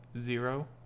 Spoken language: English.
zero